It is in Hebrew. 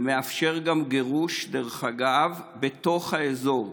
זה מאפשר גם גירוש, דרך אגב, בתוך האזור,